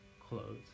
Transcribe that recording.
clothes